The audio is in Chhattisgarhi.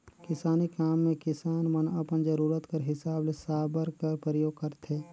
किसानी काम मे किसान मन अपन जरूरत कर हिसाब ले साबर कर परियोग करथे